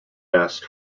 asked